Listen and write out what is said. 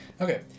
okay